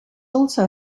also